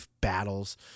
battles